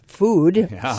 food